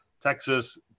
Texas